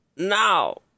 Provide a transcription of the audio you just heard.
Now